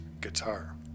guitar